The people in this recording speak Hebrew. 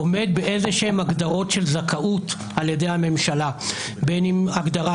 עומד בהגדרות כלשהן של זכאות על-ידי הממשלה בין הגדרה